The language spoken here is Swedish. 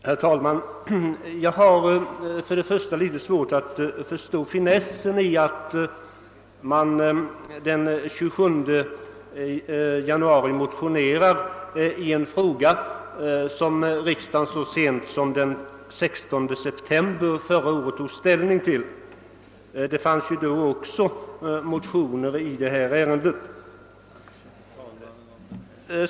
Herr talman! Jag har först och främst en smula svårt att förstå finessen i att den 27 januari motionera i en fråga, som riksdagen så sent som den 16 december förra året tog ställning till. Det förelåg ju också då motioner i detta ärende.